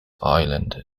island